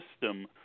system